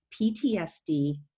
PTSD